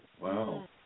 Wow